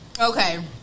Okay